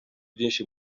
byinshi